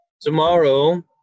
tomorrow